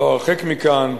לא הרחק מכאן,